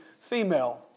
female